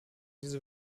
diese